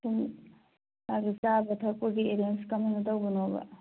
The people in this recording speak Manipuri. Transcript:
ꯑꯣ ꯑꯗꯨ ꯆꯥꯕ ꯊꯛꯄꯒꯤ ꯑꯦꯔꯦꯟꯖ ꯀꯃꯥꯏꯅ ꯇꯧꯕꯅꯣꯕ